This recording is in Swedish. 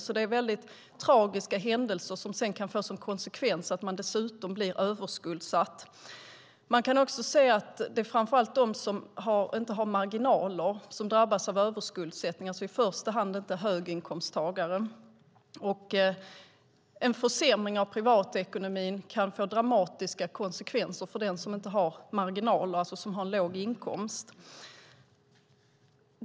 Det är alltså väldigt tragiska händelser som kan få som konsekvens att man dessutom blir överskuldsatt. Man kan också se att det framför allt är de som inte har marginaler som drabbas av överskuldsättning, inte i första hand höginkomsttagare. En försämring av privatekonomin kan få dramatiska konsekvenser för den som har en låg inkomst och saknar marginaler.